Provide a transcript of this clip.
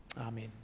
Amen